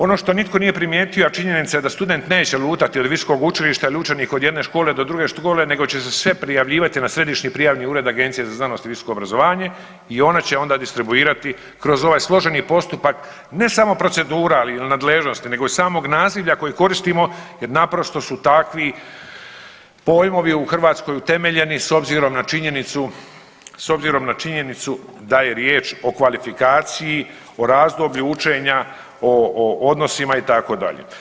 Ono što nitko nije primijetio, a činjenica da student neće lutati od visokog učilišta ili učenik od jedne škole do druge škole nego će se sve prijavljivati na Središnji prijavni ured Agencije za znanost i visoko obrazovanje i ona će onda distribuirati kroz ovaj složeni postupak, ne samo procedura ili nadležnosti nego i samog nazivlja koje koristimo jer naprosto su takvi pojmovi u Hrvatskoj utemeljeni s obzirom na činjenicu da je riječ o kvalifikaciji, o razdoblju učenja, o odnosima, itd.